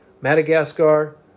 Madagascar